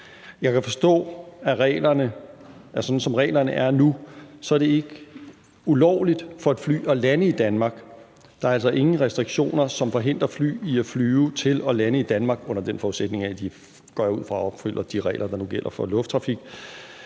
Jeg kan forstå, at sådan som reglerne er nu, er det ikke ulovligt for et fly at lande i Danmark. Der er altså ingen restriktioner, som forhindrer fly i at flyve til og lande i Danmark – under den forudsætning, går jeg ud fra, at de overholder de regler, der nu gælder for lufttrafik.